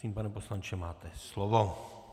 Prosím, pane poslanče, máte slovo.